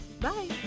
Bye